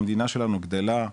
המדינה שלנו גדלה,